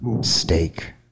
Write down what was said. steak